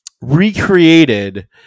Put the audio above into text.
recreated